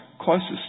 closest